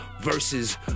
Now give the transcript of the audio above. versus